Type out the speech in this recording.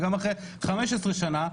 וגם אחרי 15 שנה,